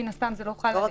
זה לא חל עליהם.